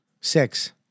Six